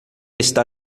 está